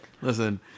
Listen